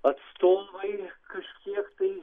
atstovai kažkiek tai